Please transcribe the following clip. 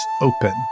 open